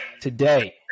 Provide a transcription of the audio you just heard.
today